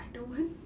I don't want